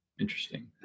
Interesting